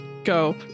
Go